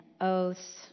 oaths